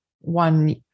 one